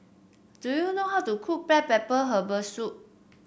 do you know how to cook black Herbal Soup